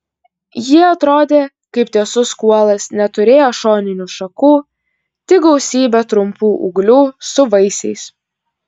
ji atrodė kaip tiesus kuolas neturėjo šoninių šakų tik gausybę trumpų ūglių su vaisiais